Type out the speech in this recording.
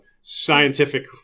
scientific